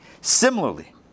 Similarly